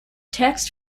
text